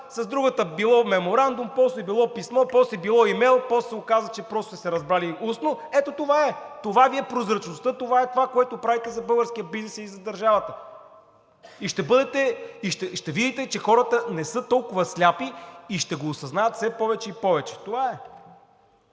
с другата било меморандум, после било писмо, после било имейл, после се оказа, че просто са се разбрали устно. Ето това е! Това Ви е прозрачността! Това е, което правите за българския бизнес и за държавата! И ще видите, че хората не са толкова слепи и ще го осъзнават все повече и повече. Това е!